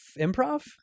improv